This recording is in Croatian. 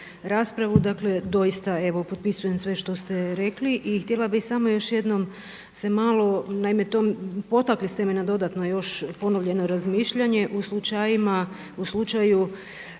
raspravu doista evo potpisujem sve što ste rekli i htjela bih samo još jednom se malo, naime potakli ste me na dodatno još ponovljeno razmišljanje u slučaju